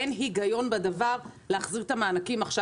אין היגיון להחזיר את המענקים עכשיו,